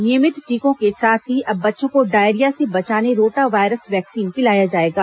नियमित टीकों के साथ ही अब बच्चों को डायरिया से बचाने रोटा वायरस वैक्सीन पिलाया जाएगा